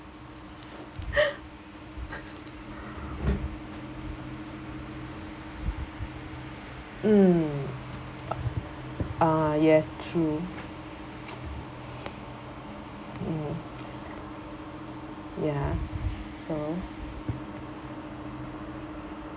mm uh yes true mm ya so